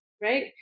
right